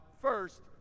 first